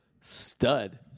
Stud